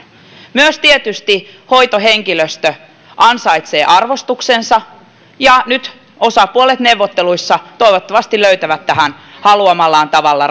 tietysti myös hoitohenkilöstö ansaitsee arvostuksensa ja nyt osapuolet neuvotteluissa toivottavasti löytävät tähän ratkaisun haluamallaan tavalla